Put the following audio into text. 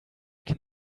can